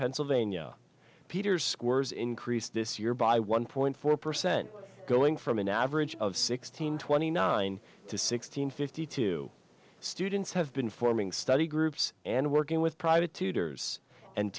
pennsylvania peters squirms increased this year by one point four percent going from an average of sixteen twenty nine to sixteen fifty two students have been forming study groups and working with private tutors and